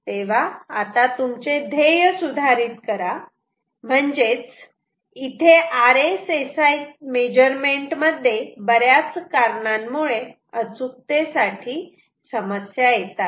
तेव्हा आता तुमचे ध्येय सुधारित करा म्हणजेच इथे RSSI मेजरमेंट मध्ये बऱ्याच कारणांमुळे अचुकते साठी समस्या येतात